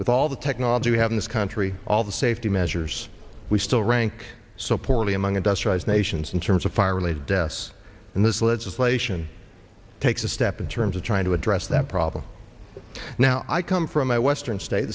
with all the technology we have in this country all the safety measures we still rank so poorly among industrialized nations in terms of fire related deaths in this legislation takes a step in terms of trying to address that problem now i come from my western state